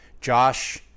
Josh